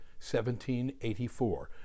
1784